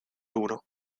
uno